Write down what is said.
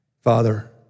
Father